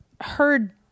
heard